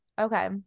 Okay